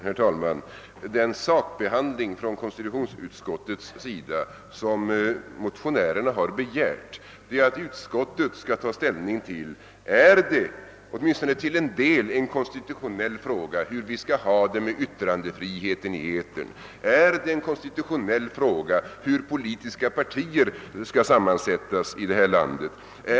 Herr talman! Den sakbehandling från konstitutionsutskottets sida som motionärerna begärt är att utskottet skall ta ställning till följande frågor: Är det, åtminstone till en del, en konstitutionell fråga hur vi skall ha det med yttrandefriheten i etern? Är det en konstitutionell fråga hur politiska partier här i landet skall sammansättas?